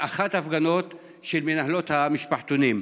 באחת ההפגנות של מנהלות המשפחתונים.